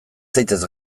zaitez